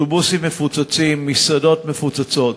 אוטובוסים מפוצצים, מסעדות מפוצצות,